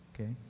okay